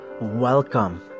Welcome